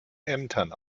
ämtern